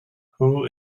who